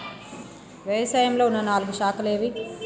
వ్యవసాయంలో ఉన్న నాలుగు శాఖలు ఏవి?